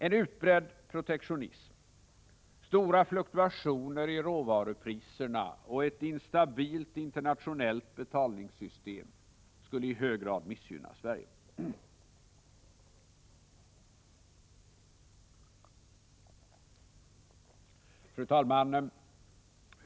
En utbredd protektionism, stora fluktuationer i råvarupriserna och ett instabilt internationellt betalningssystem skulle i hög grad missgynna Sverige. Fru talman!